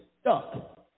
stuck